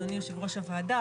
אדוני יו"ר הוועדה,